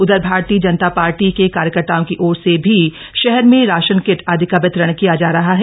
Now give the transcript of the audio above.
उधर भारतीय जनता पार्टी के कार्यकर्ताओं की ओर से भी शहर में राशन किट आदि का वितरण किया जा रहा है